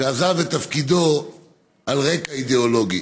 ועזב את תפקידו על רקע אידיאולוגי.